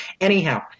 Anyhow